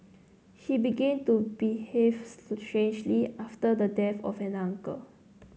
she began to behave strangely after the death of an uncle